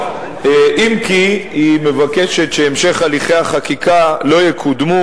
אם כי היא מבקשת שהליכי החקיקה לא יקודמו